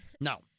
No